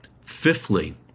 Fifthly